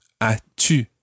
as-tu